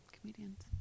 comedians